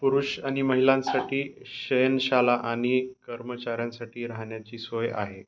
पुरुष आणि महिलांसाठी शयनशाला आणि कर्मचाऱ्यांसाठी राहण्याची सोय आहे